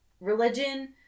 Religion